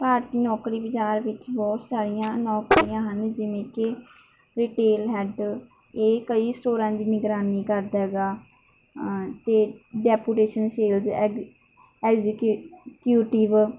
ਭਾਰਤੀ ਨੌਕਰੀ ਬਾਜ਼ਾਰ ਵਿੱਚ ਬਹੁਤ ਸਾਰੀਆਂ ਨੌਕਰੀਆਂ ਹਨ ਜਿਵੇਂ ਕਿ ਰਿਟੇਲ ਹੈਡ ਇਹ ਕਈ ਸਟੋਰਾਂ ਦੀ ਨਿਗਰਾਨੀ ਕਰਦਾ ਹੈਗਾ ਅਤੇ ਡੈਪੂਟੇਸ਼ਨ ਸੇਲਸ ਐਗ ਐਗਜੀਕੀਕਿਊਟਿਵ